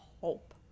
hope